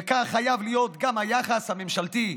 וכך חייב להית גם היחס הממשלתי.